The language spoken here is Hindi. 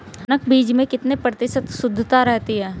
जनक बीज में कितने प्रतिशत शुद्धता रहती है?